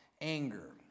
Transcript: anger